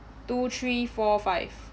two three four five